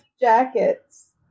jackets